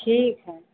ठीक है